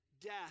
death